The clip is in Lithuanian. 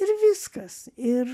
ir viskas ir